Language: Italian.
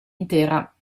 intera